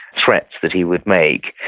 threats that he would make,